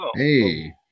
Hey